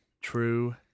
True